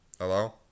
Hello